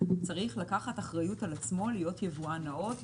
צריך לקחת אחריות על עצמו להיות יבואן נאות,